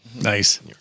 Nice